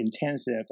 intensive